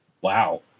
wow